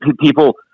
people